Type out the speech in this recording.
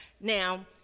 Now